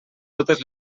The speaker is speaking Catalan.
totes